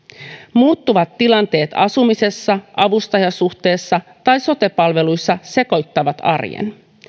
muuttuvat tilanteet asumisessa avustajasuhteessa tai sote palveluissa sekoittavat arjen